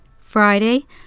Friday